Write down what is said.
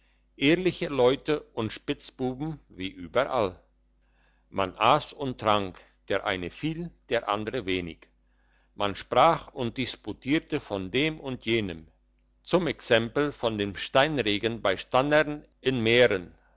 ehrliche leute und spitzbuben wie überall man ass und trank der eine viel der andere wenig man sprach und disputierte von dem und jenem zum exempel von dem steinregen bei stannern in mähren